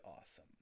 awesome